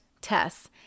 tests